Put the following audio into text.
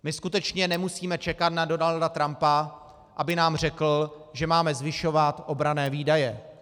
My skutečně nemusíme čekat na Donalda Trumpa, aby nám řekl, že máme zvyšovat obranné výdaje.